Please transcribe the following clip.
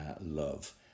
love